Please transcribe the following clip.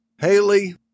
Haley